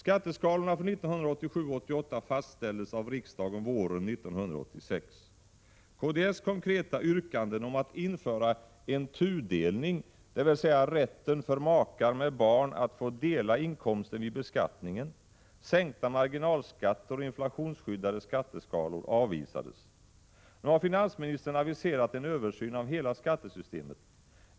konkreta yrkanden om införande av en tudelning, dvs. rätt för makar med barn att dela inkomsten vid beskattningen, sänkta marginalskatter och inflationsskyddade skatteskalor avvisades. Nu har finansministern aviserat en översyn av hela skattesystemet.